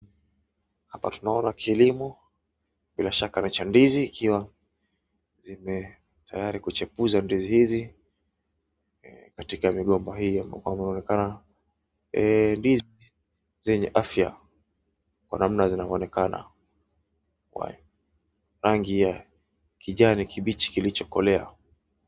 Hapa tunaona kilimo, bila shaka ni cha ndizi ikiwa zime tayari kuchipuza ndizi hizi katika migomba hiyo. Yakwamba inaonekana ndizi zenye afya kwa namna zinavo onekana kwa rangi ya kijani kibichi kilicho kolewa.